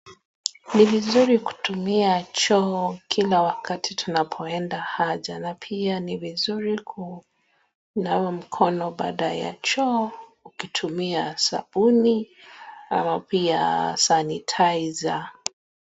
Ni vizuri kutumia choo kila wakati tunapoenda haja na pia ni vizuri kunawa mkono baada ya choo ukitumia sabuni ama pia sanitiser .